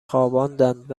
خواباندند